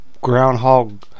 groundhog